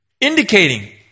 indicating